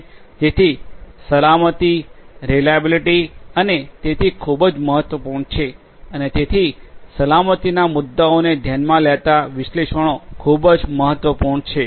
જેથી સલામતી રિલાયબિલિટી અને તેથી ખૂબ જ મહત્વપૂર્ણ છે અને તેથી સલામતીના મુદ્દાઓને ધ્યાનમાં લેતા વિશ્લેષણો ખૂબ મહત્વપૂર્ણ છે